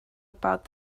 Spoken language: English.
about